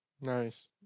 Nice